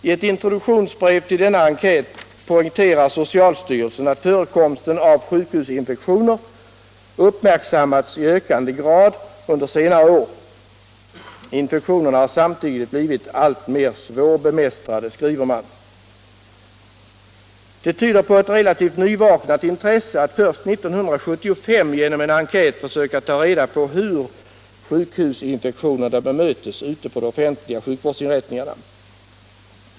I ett introduktionsbrev till denna enkät poängterar socialstyrelsen att förekomsten av sjukhusinfektioner uppmärksammats i ökande grad under senare år. Infektionerna har samtidigt blivit alltmer svårbemästrade, skriver man. Det tyder på ett relativt nyvaknat intresse att först 1975 genom en enkät försöka ta reda på hur sjukhusinfektionerna bemästras på de offentliga sjukvårdsinrättningarna.